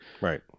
Right